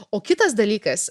o kitas dalykas